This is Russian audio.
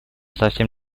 совсем